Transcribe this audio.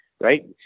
right